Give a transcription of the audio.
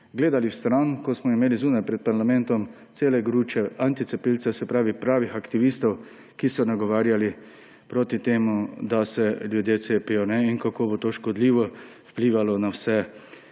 gledali stran, ko smo imeli zunaj pred parlamentom cele gruče anticepilcev, se pravi pravih aktivistov, ki so nagovarjali proti temu, da se ljudje cepijo, in kako bo to škodljivo vplivalo na vse